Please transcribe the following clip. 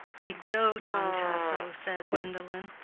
i dote on tasso, said gwendolen.